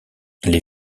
les